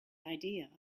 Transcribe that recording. idea